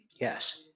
Yes